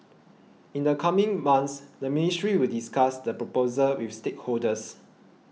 in the coming months the ministry will discuss the proposal with stakeholders